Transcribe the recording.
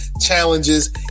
challenges